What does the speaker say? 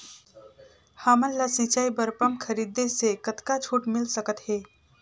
हमन ला सिंचाई बर पंप खरीदे से कतका छूट मिल सकत हे?